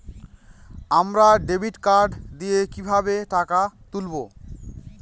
আমরা debit card দিয়ে কিভাবে টাকা তুলবো?